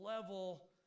level